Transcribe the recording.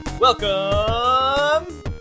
Welcome